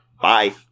bye